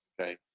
Okay